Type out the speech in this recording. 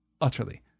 utterly